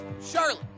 Charlotte